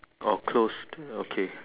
or closed okay